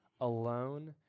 alone